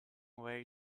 way